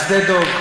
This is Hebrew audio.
על שדה דב.